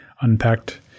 unpacked